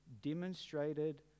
demonstrated